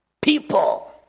people